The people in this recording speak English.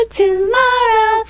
tomorrow